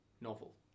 novel